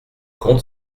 comte